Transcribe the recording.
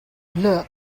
look